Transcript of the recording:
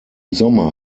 sommer